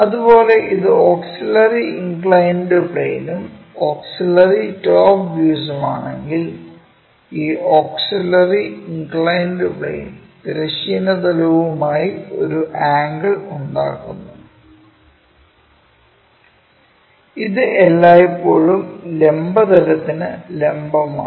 അതുപോലെ ഇത് auxiliary inclined പ്ലെയിനും ഓക്സിലറി ടോപ് വ്യൂസും ആണെങ്കിൽ ഈ ഓക്സിലറി ഇൻക്ലൈൻഡ് പ്ലെയിൻ തിരശ്ചീന തലവുമായി ഒരു ആംഗിൾ ഉണ്ടാക്കുന്നു ഇത് എല്ലായ്പ്പോഴും ലംബ തലത്തിനു ലംബം ആണ്